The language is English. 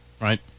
Right